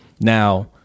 Now